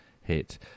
hit